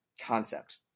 concept